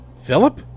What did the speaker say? Philip